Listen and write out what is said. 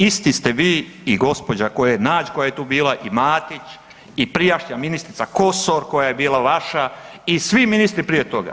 Isti ste vi i gđa. Nađ koja je tu bila i Matić i prijašnja ministrica Kosor koja je bila vaša i svi ministri prije toga.